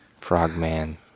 frogman